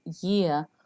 year